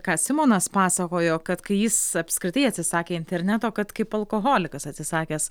ką simonas pasakojo kad kai jis apskritai atsisakė interneto kad kaip alkoholikas atsisakęs